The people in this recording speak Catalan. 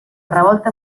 revolta